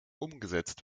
umgesetzt